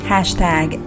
Hashtag